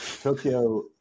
Tokyo